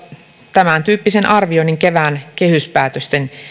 tämäntyyppisen arvioinnin jo kevään kehyspäätösten